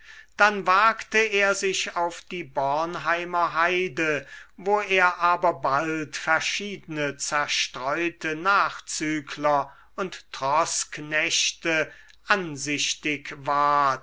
dann wagte er sich auf die bornheimer heide wo er aber bald verschiedene zerstreute nachzügler und troßknechte ansichtig ward